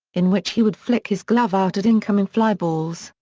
in which he would flick his glove out at incoming fly balls,